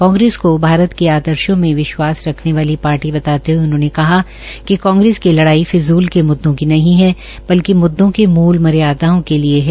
कांग्रेस को भारत के आदर्शो में विश्वास रखने वाले पार्टी बताते हये उन्होंने कहा कि कांग्रेस की लड़ाई फिजूल के म्द्दों की नहीं है बल्कि म्द्दों के मूल मर्यादाओं के लिये है